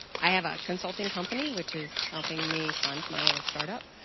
i have a consulting company, which is helping me fund my little start-up.